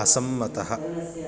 असम्मतः